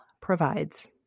provides